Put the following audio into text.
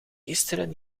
gisteren